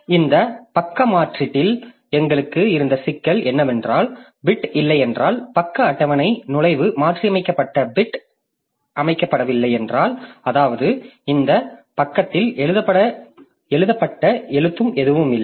எனவே இந்த பக்க மாற்றீட்டில் எங்களுக்கு இருந்த சிக்கல் என்னவென்றால் பிட் இல்லையென்றால் பக்க அட்டவணை நுழைவு மாற்றியமைக்கப்பட்ட பிட் அமைக்கப்படவில்லை என்றால் அதாவது இந்த பக்கத்தில் எழுதப்பட்ட எழுத்து எதுவும் இல்லை